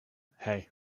hey